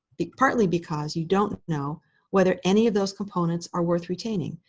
like partly because you don't know whether any of those components are worth retaining.